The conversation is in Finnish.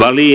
oli